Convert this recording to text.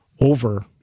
over